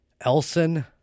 Elson